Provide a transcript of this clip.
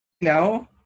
No